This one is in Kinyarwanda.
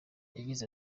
yagize